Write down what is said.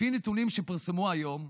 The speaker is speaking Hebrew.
לפי נתונים שפורסמו היום,